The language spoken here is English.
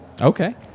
Okay